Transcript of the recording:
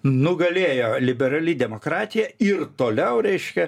nugalėjo liberali demokratija ir toliau reiškia